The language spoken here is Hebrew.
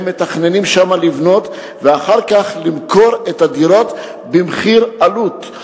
הם מתכננים לבנות שם ואחר כך למכור את הדירות במחיר עלות.